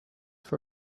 for